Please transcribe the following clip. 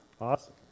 Awesome